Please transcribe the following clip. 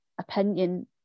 opinion